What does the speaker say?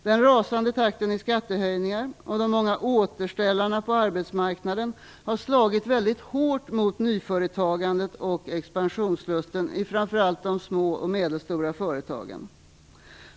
Den rasande takten i skattehöjningarna och de många återställarna på arbetsmarknaden har slagit väldigt hårt mot nyföretagandet och expansionslusten i framför allt de små och medelstora företagen.